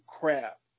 crap